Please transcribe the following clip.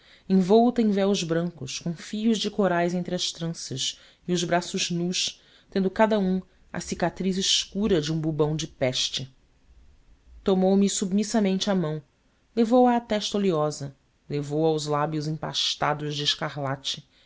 envolta em véus brancos com fios de corais entre as tranças os braços nus tendo cada um a cicatriz escura de um bubão de peste tomou-me submissamente a mão levou-a à testa oleosa levou-a aos lábios empastados de escarlate